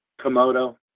Komodo